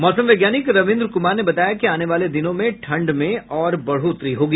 मौसम वैज्ञानिक रविन्द्र कुमार ने बताया कि आने वाले दिनों में ठंड में और बढ़ोतरी होगी